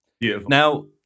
Now